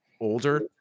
older